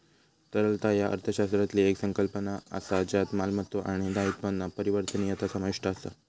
तरलता ह्या अर्थशास्त्रातली येक संकल्पना असा ज्यात मालमत्तो आणि दायित्वांचा परिवर्तनीयता समाविष्ट असा